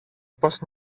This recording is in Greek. πώς